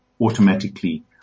automatically